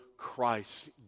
Christ